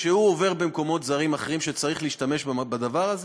כשהוא עובר במקומות זרים אחרים שצריך להשתמש בדבר הזה.